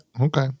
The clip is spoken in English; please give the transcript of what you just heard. Okay